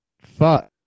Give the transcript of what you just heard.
fuck